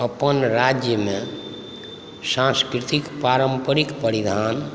अपन राज्यमे सांस्कृतिक पारम्परिक परिधान